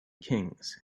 kings